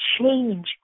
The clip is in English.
change